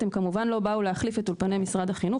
האולפנים הפרטיים כמובן לא באו להחליף את אולפני משרד החינוך,